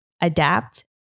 adapt